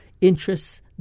interests